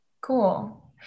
Cool